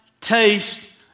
taste